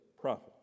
prophet